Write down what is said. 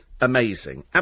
amazing